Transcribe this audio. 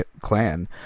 clan